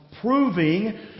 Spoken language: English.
proving